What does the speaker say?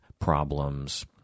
problems